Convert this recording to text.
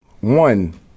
One